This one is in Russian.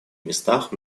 местах